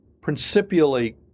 principially